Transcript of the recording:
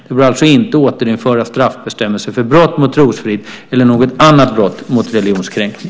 Det bör alltså inte återinföras straffbestämmelser för brott mot trosfrid eller någon annan lag mot religionskränkning.